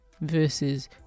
versus